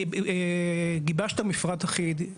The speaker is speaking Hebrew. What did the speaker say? גיבשת מפרט אחיד,